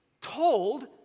told